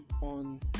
on